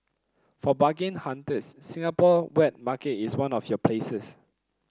for bargain hunters Singapore wet market is one of your places